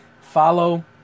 Follow